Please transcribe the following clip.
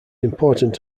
important